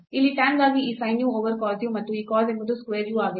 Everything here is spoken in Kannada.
ಇಲ್ಲಿ tan ಗಾಗಿ a sin u over cos u ಮತ್ತು ಈ cos ಎಂಬುದು square u ಆಗಿದೆ